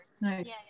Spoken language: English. Nice